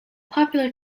popular